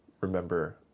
remember